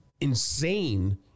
insane